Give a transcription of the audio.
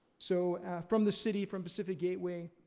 so from the city, from pacific gateway,